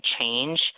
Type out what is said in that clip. change